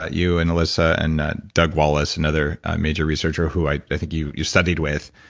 ah you and elissa and doug wallace, another major researcher who i think you you studied with.